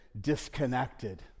disconnected